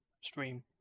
stream